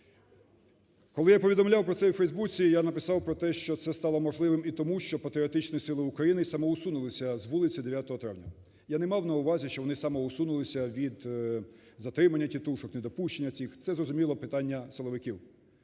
Коли я повідомляв про це у "Фейсбуці", я написав про те, що це стало можливим і тому, що патріотичні сили України самоусунулися з вулиці 9 травня. Я не мав на увазі, що вони самоусунулися від затримання тітушок, недопущення, це, зрозуміло, питання силовиків.